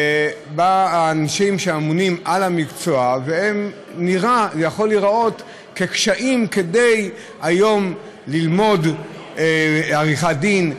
מהאנשים שאמונים על המקצוע זה יכול להיראות כקשיים בללמוד עריכת דין,